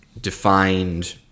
defined